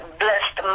blessed